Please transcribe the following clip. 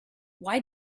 why